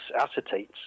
acetates